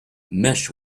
mesh